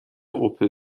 opel